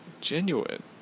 genuine